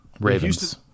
Ravens